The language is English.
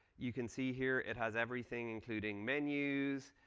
you can see here it has everything, including menus,